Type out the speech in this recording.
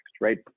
right